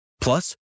Plus